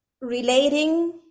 relating